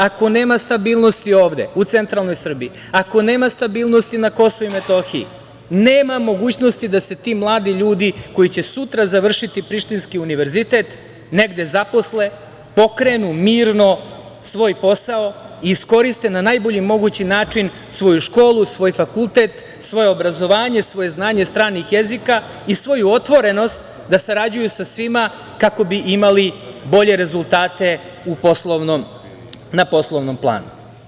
Ako nema stabilnosti ovde u centralnoj Srbiji, ako nema stabilnosti na Kosovu i Metohiji nema mogućnosti da se ti mladi ljudi koji će sutra završiti Prištinski univerzitet negde zaposle, pokrenu mirno svoj posao i iskoriste na najbolji mogući način svoju školu, svoj fakultet, svoje obrazovanje, svoje znanje stranih jezika i svoju otvorenost da sarađuju sa svima kako bi imali bolje rezultate na poslovnom planu.